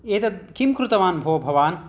एतद् किं कृतवान् भो भवान्